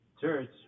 church